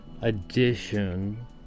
Edition